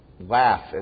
laugh